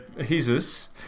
Jesus